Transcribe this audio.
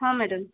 ହଁ ମ୍ୟାଡ଼ାମ୍